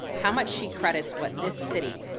how much she credits what this city,